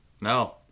No